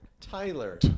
Tyler